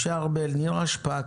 חה"כ משה ארבל, חה"כ נירה שפק,